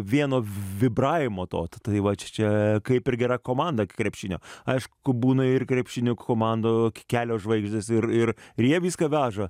vieno vibravimo to tai va čia kaip ir gera komanda krepšinio aišku būna ir krepšinio komandų kelios žvaigždės ir ir ir jie viską veža